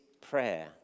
prayer